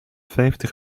vijftig